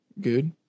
good